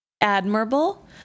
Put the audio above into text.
admirable